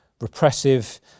repressive